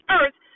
earth